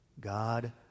God